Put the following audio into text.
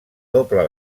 doble